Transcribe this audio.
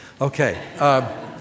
Okay